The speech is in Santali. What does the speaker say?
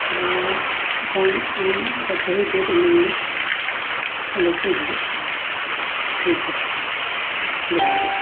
ᱛᱟᱦᱚᱞᱮ ᱢᱤᱫᱴᱟᱝ ᱟᱢ ᱢᱚᱫᱴᱟᱝ ᱥᱟᱹᱦᱤ ᱰᱮᱴ ᱤᱢᱟᱹᱧ ᱢᱮ ᱛᱚ ᱚᱱᱟ ᱰᱮᱴ ᱨᱤᱧ ᱦᱤᱡᱩᱜᱼᱟ ᱴᱷᱤᱠ ᱜᱮᱭᱟ ᱡᱚᱦᱟᱨ ᱜᱮ